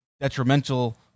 detrimental